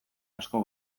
asko